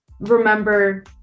remember